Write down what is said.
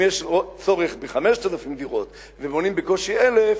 אם יש צורך ב-5,000 דירות ובונים בקושי 1,000,